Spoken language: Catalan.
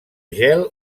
gel